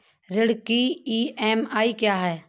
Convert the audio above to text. ऋण की ई.एम.आई क्या है?